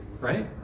right